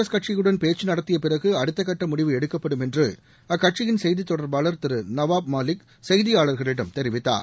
காங்கிரஸ் கட்சியுடன் பேச்சு நடத்திய பிறகு அடுத்தக்கட்ட முடிவு எடுக்கப்படும் என்று அக்கட்சியின் செய்தித் தொடர்பாளர் திரு நவாப் மாலிக் செய்தியாளர்களிடம் தெரிவித்தார்